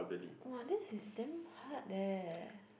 !wah! this is damn hard leh